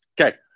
Okay